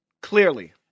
Clearly